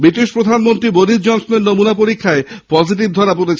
British প্রধানমন্ত্রী Boris জনসনের নমুনা পরীক্ষায় পজিটিভ ধরা পড়েছে